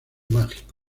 mágico